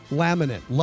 laminate